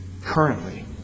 currently